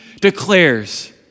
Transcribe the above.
declares